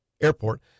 Airport